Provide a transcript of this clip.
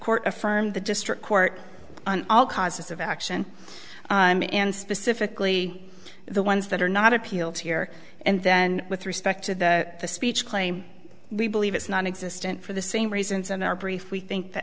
court affirmed the district court on all causes of action and specifically the ones that are not appealed to here and then with respect to the speech claim we believe it's nonexistent for the same reasons in our brief we think the